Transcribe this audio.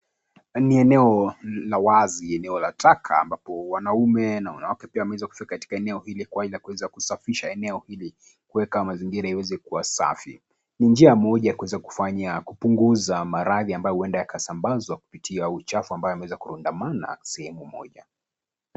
Ni eneo la wazi, eneo la taka ambapo wanaume na wanawake pia wameweza kufika, katika eneo hili kwa ajili ya kuweza kusafisha eneo hili, kuweka mazingira yaweze kuwa safi. Ni njia moja ya kuweza kufanya kupunguza maradhi, ambayo huenda yakasambazwa kupitia uchafu, ambao umeweza kuandamana sehemu moja.